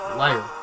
liar